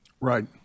Right